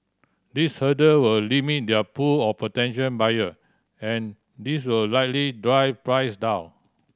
these hurdle will limit their pool of potential buyer and this will likely drive price down